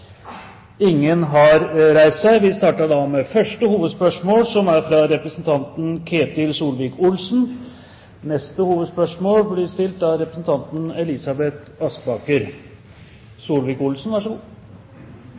Ingen har reist seg. Vi starter da med første hovedspørsmål, fra representanten Ketil